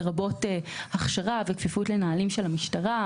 לרבות הכשרה וכפיפות לנהלים של המשטרה,